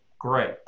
great